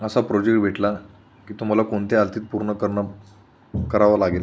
असा प्रोजेक्ट भेटला की तो मला कोणत्या हालतीत पूर्ण करणं करावं लागेल